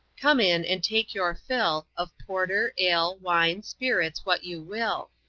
come in and take your fill of porter, ale, wine, spirits what you will.